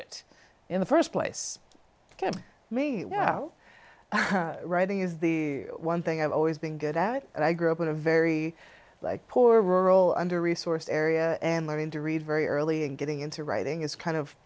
it in the first place me now writing is the one thing i've always been good at and i grew up in a very like poor rural under resourced area and learning to read very early and getting into writing is kind of